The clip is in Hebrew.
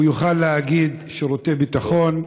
הוא יוכל להגיד שירותי ביטחון,